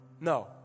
No